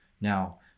Now